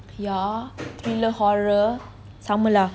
ya thriller horror sama lah